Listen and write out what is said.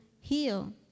heal